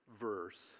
verse